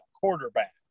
quarterback